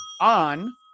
on